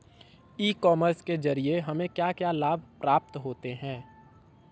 ई commerce के ज़रिए हमें क्या क्या लाभ प्राप्त होता है?